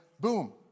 boom